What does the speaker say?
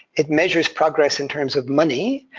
it measures progress in terms of money,